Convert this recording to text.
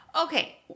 Okay